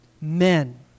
Men